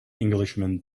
englishman